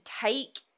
take